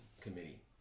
committee